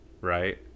right